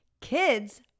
Kids